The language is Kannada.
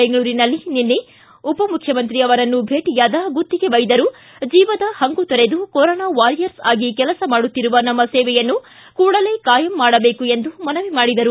ಬೆಂಗಳೂರಿನಲ್ಲಿ ನಿನ್ನೆ ಉಪಮುಖ್ಯಮಂತ್ರಿ ಅವರನ್ನು ಭೇಟಿಯಾದ ಗುತ್ತಿಗೆ ವೈದ್ಯರು ಜೀವದ ಹಂಗು ತೊರೆದು ಕೊರೋನಾ ವಾರಿಯರ್ಸ್ ಆಗಿ ಕೆಲಸ ಮಾಡುತ್ತಿರುವ ನಮ್ಮ ಸೇವೆಯನ್ನು ಕೂಡಲೇ ಕಾಯಂ ಮಾಡಬೇಕು ಎಂದು ಮನವಿ ಮಾಡಿದರು